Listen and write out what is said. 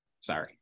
Sorry